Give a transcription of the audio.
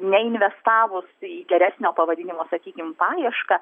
neinvestavus į geresnio pavadinimo sakykim paiešką